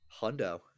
hundo